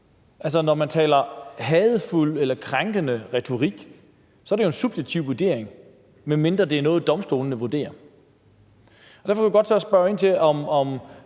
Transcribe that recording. Når man bruger hadefuld eller krænkende retorik, er det jo en subjektiv vurdering, medmindre det er noget, som domstolene vurderer. Derfor vil jeg godt spørge, om